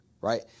right